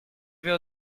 avait